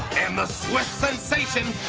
and the swiss sensation,